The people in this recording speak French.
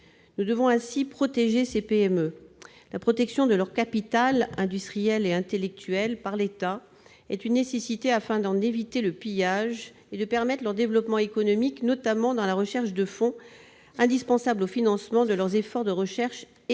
Nous devons ainsi protéger ces PME. La protection de leur capital industriel et intellectuel par l'État est une nécessité, afin d'en éviter le pillage et de permettre leur développement économique, notamment dans la recherche de fonds, indispensable au financement de leurs efforts de recherche et